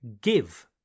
give